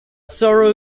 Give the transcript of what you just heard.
sorrow